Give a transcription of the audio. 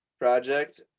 project